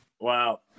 Wow